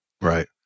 Right